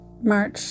March